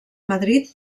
madrid